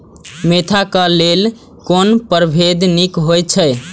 Mentha क लेल कोन परभेद निक होयत अछि?